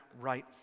right